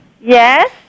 Yes